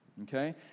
Okay